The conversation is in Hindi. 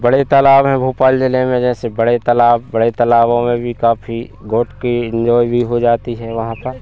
बड़े तालाब हैं भोपाल ज़िले में जैसे बड़े तलाब बड़े तलाबों में भी काफ़ी गोट की इन्जॉय भी हो जाती है वहाँ पर